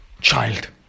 child